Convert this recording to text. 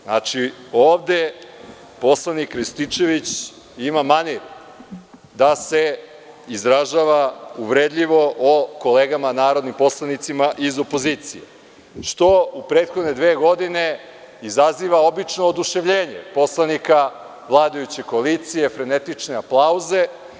Znači, ovde poslanik Rističević ima manir da se izražava uvredljivo o kolegama narodnim poslanicima iz opozicije, što u prethodne dve godine izaziva obično oduševljenje poslanika vladajuće koalicije, frenetične aplauze.